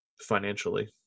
financially